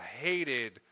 hated